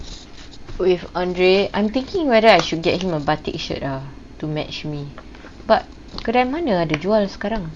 with andre I'm thinking whether I should get him a batik shirt ah to match me but kedai mana ada jual sekarang